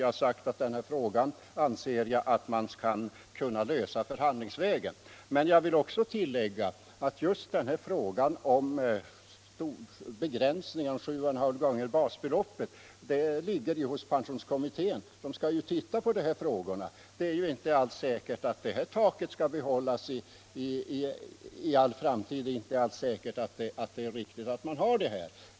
Jag har sagt att den här frågan bör kunna lösas förhandlingsvägen. Jag vill också tillägga att just den här frågan om begränsningen till 7,5 gånger basbeloppet ligger hos pensionskommittén, som skall titta på den. Det är ju inte alls säkert att det här taket skall behållas för all framtid. Det är inte alls säkert att det är riktigt att man har detta tak.